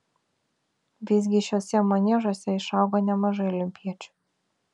visgi šiuose maniežuose išaugo nemažai olimpiečių